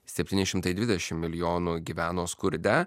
septyni šimtai dvidešimt milijonų gyveno skurde